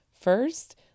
First